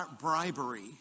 bribery